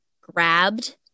grabbed